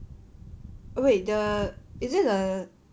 wait the is it the